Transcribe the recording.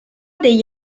degli